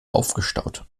aufgestaut